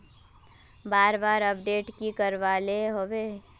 बार बार अपडेट की कराबेला होय है?